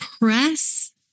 Press